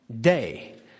day